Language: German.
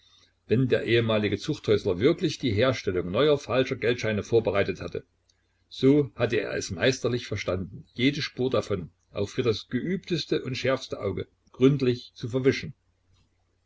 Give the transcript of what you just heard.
wenn der ehemalige zuchthäusler wirklich die herstellung neuer falscher geldscheine vorbereitet hatte so hatte er es meisterlich verstanden jede spur davon auch für das geübteste und schärfste auge gründlich zu verwischen